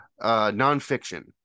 Nonfiction